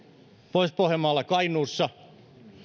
pohjois pohjanmaalla kainuussa